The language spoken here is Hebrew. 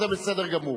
זה בסדר גמור.